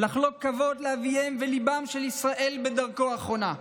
לחלוק כבוד לאביהם וליבם של ישראל בדרכו האחרונה.